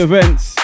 Events